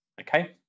Okay